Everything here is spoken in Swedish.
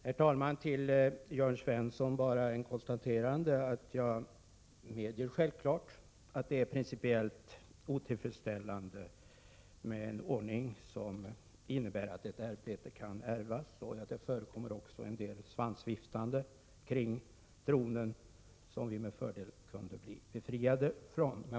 Herr talman! Jag medger självfallet, Jörn Svensson, att det är principiellt otillfredsställande med en ordning som innebär att ett ämbete kan ärvas och att det förekommer en del svansviftande kring tronen som vi med fördel kunde bli befriade från.